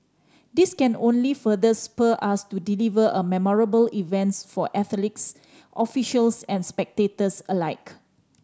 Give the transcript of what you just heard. this can only further spur us to deliver a memorable events for athletes officials and spectators alike